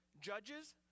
judges